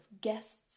guests